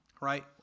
right